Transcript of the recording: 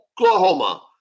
Oklahoma